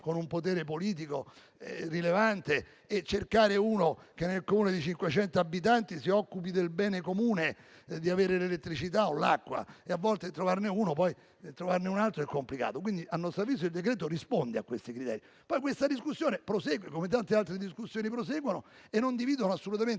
con un potere politico rilevante, e cercare una persona che, nel Comune di 500 abitanti, si occupi del bene comune, di avere l'elettricità o l'acqua. A volte, trovarne uno e poi trovarne un altro è complicato. Quindi, a nostro avviso, il decreto risponde a questi criteri. Poi questa discussione prosegue, come tante altre discussioni proseguono e non dividono assolutamente